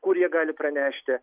kur jie gali pranešti